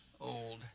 old